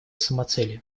самоцелью